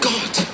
God